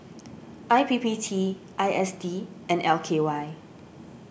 I P P T I S D and L K Y